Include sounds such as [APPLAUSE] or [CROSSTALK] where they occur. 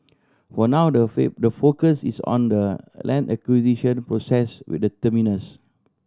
for now the [UNINTELLIGIBLE] the focus is on the land acquisition process with the terminus